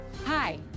Hi